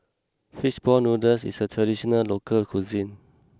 Fish Ball Noodles is a traditional local cuisine